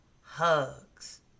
hugs